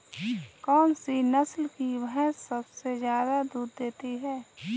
कौन सी नस्ल की भैंस सबसे ज्यादा दूध देती है?